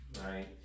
right